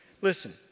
Listen